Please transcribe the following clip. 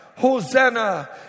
Hosanna